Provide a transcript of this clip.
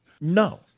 No